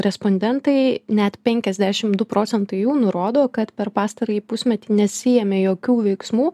respondentai net penkiasdešim du procentai jų nurodo kad per pastarąjį pusmetį nesiėmė jokių veiksmų